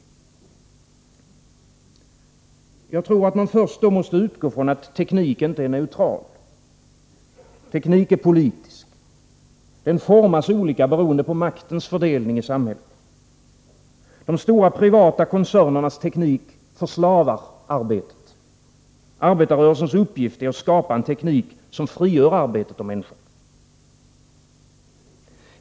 Jag tror, att man först måste utgå från att teknik inte är neutral. Teknik är politisk. Den formas olika beroende på maktens fördelning i samhället. De stora privata koncernernas teknik förslavar arbetet. Arbetarrörelsens uppgift är att skapa en teknik som frigör arbetet och människan.